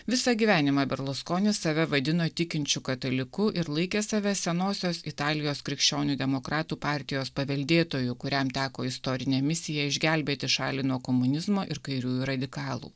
visą gyvenimą berluskonis save vadino tikinčiu kataliku ir laikė save senosios italijos krikščionių demokratų partijos paveldėtoju kuriam teko istorinė misija išgelbėti šalį nuo komunizmo ir kairiųjų radikalų